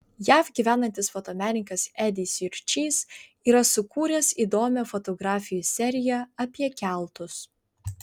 jav gyvenantis fotomenininkas edis jurčys yra sukūręs įdomią fotografijų seriją apie keltus